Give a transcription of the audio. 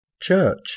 Church